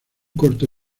corto